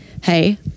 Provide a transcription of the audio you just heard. hey